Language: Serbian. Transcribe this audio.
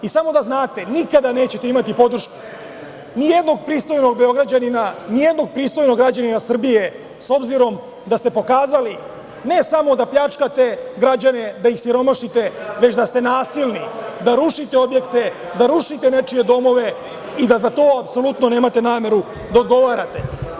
I, samo da znate, nikada nećete imati podršku nijednog pristojnog Beograđanina, nijednog pristojnog građanina Srbije, s obzirom da ste pokazali, ne samo da pljačkate građane, da ih siromašite, već da ste nasilni, da rušite objekte, da rušite nečije domove i da, za to apsolutno nemate nameru da odgovarate.